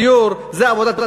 אז כבוד הרב